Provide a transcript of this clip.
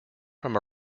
from